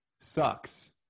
sucks